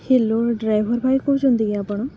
hello driver ଭାଇ କହୁଛନ୍ତି କି ଆପଣ